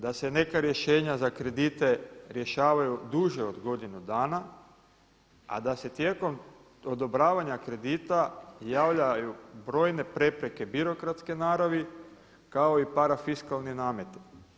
Da se neka rješenja za kredite rješavaju duže od godinu dana, a da se tijekom odobravanja kredita javljaju brojne prepreke birokratske naravi kao i parafiskalni nameti.